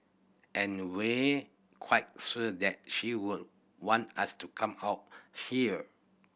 and we quite sure that she would want us to come out here